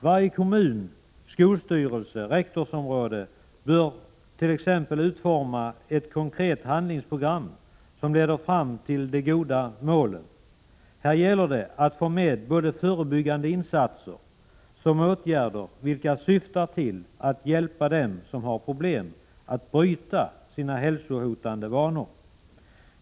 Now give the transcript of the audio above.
Varje kommun, skolöverstyrelse och rektorsområde bör t.ex. utforma ett konkret handlingsprogram, som leder fram till de goda målen. Här gäller det att få med både förebyggande insatser och åtgärder vilka syftar till att hjälpa dem som har problem att bryta sina hälsohotande vanor.